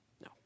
No